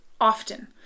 often